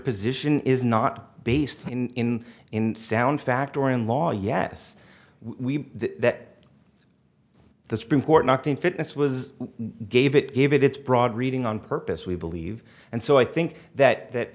position is not based in in sound fact or in law yes we that the supreme court knocked in fitness was gave it gave it its broad reading on purpose we believe and so i think that that